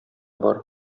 бар